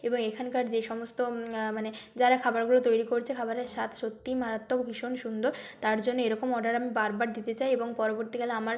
এবং এখানকার যে সমস্ত মানে যারা খাবারগুলো তৈরি করছে খাবারের স্বাদ সত্যিই মারাত্মক ভীষণ সুন্দর তার জন্যে এরকম অর্ডার আমি বারবার দিতে চাই এবং পরবর্তীকালে আমার